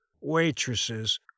waitresses